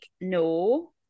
no